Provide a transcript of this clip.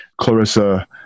Clarissa